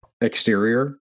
exterior